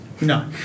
No